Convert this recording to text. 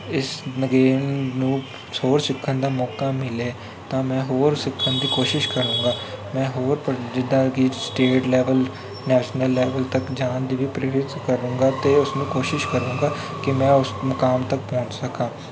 ਇਸ ਨਗੇਮ ਨੂੰ ਹੋਰ ਸਿੱਖਣ ਦਾ ਮੌਕਾ ਮਿਲੇ ਤਾਂ ਮੈਂ ਹੋਰ ਸਿੱਖਣ ਦੀ ਕੋਸ਼ਿਸ਼ ਕਰਾਂਗਾ ਮੈਂ ਹੋਰ ਜਿੱਦਾਂ ਕਿ ਸਟੇਟ ਲੈਵਲ ਨੈਸ਼ਨਲ ਲੈਵਲ ਤੱਕ ਜਾਣ ਦੀ ਵੀ ਪ੍ਰੇਰਿਤ ਕਰੂੰਗਾ ਅਤੇ ਉਸਨੂੰ ਕੋਸ਼ਿਸ਼ ਕਰੂੰਗਾ ਕਿ ਮੈਂ ਉਸ ਮੁਕਾਮ ਤੱਕ ਪਹੁੰਚ ਸਕਾਂ